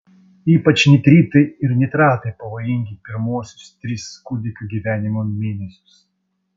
ypač nitritai ir nitratai pavojingi pirmuosius tris kūdikio gyvenimo mėnesius